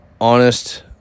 honest